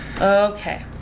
Okay